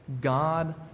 God